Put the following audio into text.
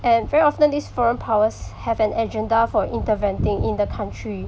and very often these foreign powers have an agenda for interventing in the country